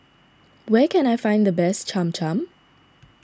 where can I find the best Cham Cham